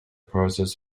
process